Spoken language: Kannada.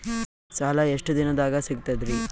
ಸಾಲಾ ಎಷ್ಟ ದಿಂನದಾಗ ಸಿಗ್ತದ್ರಿ?